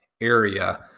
area